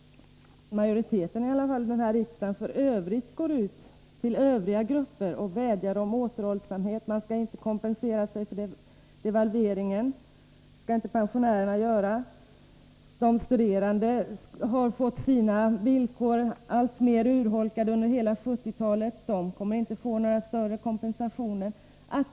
Majoriteten här i riksdagen går ju ut till övriga grupper och vädjar om återhållsamhet. Pensionärerna skall inte kompensera sig för devalveringen. De studerande har fått sin standard alltmer urholkad under 1970-talet. De kommer inte att få någon större kompensation för detta.